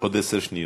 עוד עשר שניות.